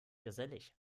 gesellig